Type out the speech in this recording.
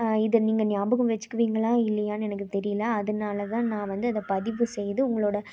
இதை நீங்கள் நியாபகம் வைச்சிக்கிவீங்களா இல்லையான்னு எனக்கு தெரியல அதனாலதான் நான் வந்து இதை பதிவு செய்து உங்களோட